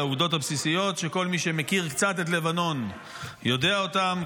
על העובדות הבסיסיות שכל מי שמכיר קצת את לבנון יודע אותן,